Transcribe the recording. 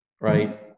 right